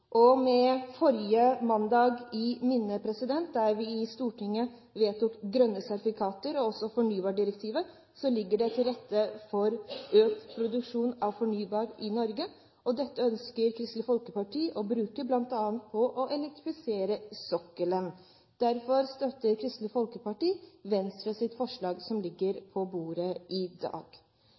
og med forrige mandag i minne, da vi vedtok grønne sertifikater og også fornybardirektivet i Stortinget, ligger det til rette for økt produksjon av fornybar energi i Norge. Dette ønsker Kristelig Folkeparti å bruke bl.a. på å elektrifisere sokkelen. Derfor støtter Kristelig Folkeparti Venstres forslag som ligger på bordet i dag.